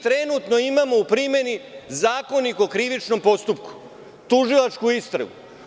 Trenutno imamo u primeni Zakonik o krivičnom postupku, tužilačku istragu.